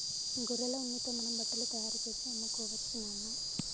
గొర్రెల ఉన్నితో మనం బట్టలు తయారుచేసి అమ్ముకోవచ్చు నాన్న